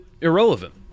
irrelevant